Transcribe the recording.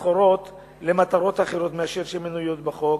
סחורות למטרות אחרות מאלה שמנויות בחוק.